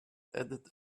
added